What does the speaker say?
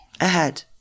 ahead